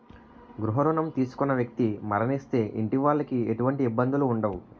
గృహ రుణం తీసుకున్న వ్యక్తి మరణిస్తే ఇంటి వాళ్లకి ఎటువంటి ఇబ్బందులు ఉండవు